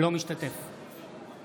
אינו משתתף בהצבעה